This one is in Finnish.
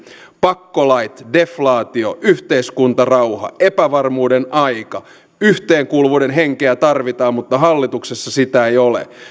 pakkolait deflaatio yhteiskuntarauha epävarmuuden aika yhteenkuuluvuuden henkeä tarvitaan mutta hallituksessa sitä ei ole